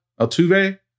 Altuve